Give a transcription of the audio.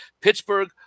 Pittsburgh